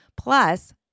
plus